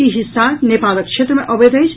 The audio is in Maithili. ई हिस्सा नेपालक क्षेत्र मे अबैत अछि